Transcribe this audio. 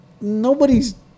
Nobody's